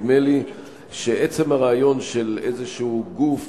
נדמה לי שעצם הרעיון של איזשהו גוף